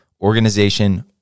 organization